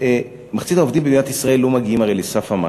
מחצית העובדים במדינת ישראל לא מגיעים לסף המס,